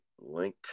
link